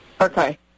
Okay